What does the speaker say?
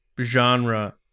genre